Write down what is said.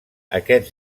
aquests